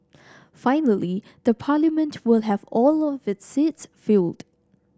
finally the Parliament will have all its seats filled